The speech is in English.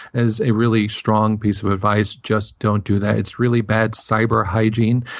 as a really strong piece of advice, just don't do that. it's really bad cyber hygiene.